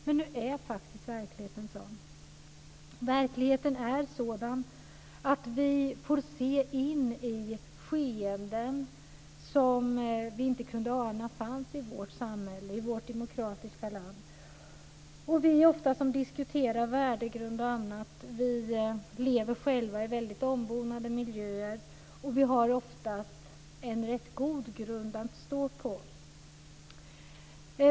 Men nu är faktiskt verkligheten sådan. Verkligheten är sådan att vi får se in i skeenden som vi inte kunde ana fanns i vårt samhälle, i vårt demokratiska land. Vi som ofta diskuterar värdegrund och annat lever själva i väldigt ombonade miljöer, och vi har oftast en rätt god grund att stå på.